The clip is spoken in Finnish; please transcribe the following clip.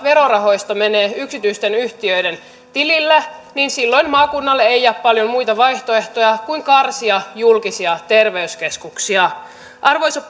verorahoista menee yksityisten yhtiöiden tileille niin silloin maakunnalle ei jää paljon muita vaihtoehtoja kuin karsia julkisia terveyskeskuksia arvoisa